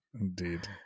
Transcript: Indeed